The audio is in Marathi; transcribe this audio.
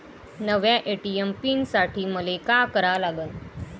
नव्या ए.टी.एम पीन साठी मले का करा लागन?